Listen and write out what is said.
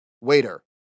waiter